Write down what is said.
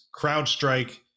CrowdStrike